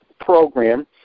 program